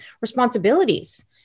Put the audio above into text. responsibilities